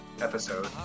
episode